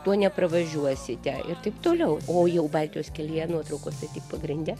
tuo nepravažiuosite ir taip toliau o jau baltijos kelyje nuotraukose pagrinde